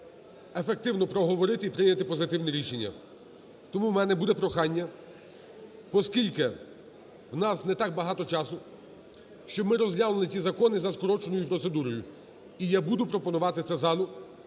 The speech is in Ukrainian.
ефективно проговорити і прийняти позитивне рішення. Тому в мене буде прохання, оскільки у нас не так багато часу, щоб ми розглянули ці закони за скороченою процедурою. І я буду пропонувати це залу,